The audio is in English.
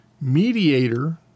Mediator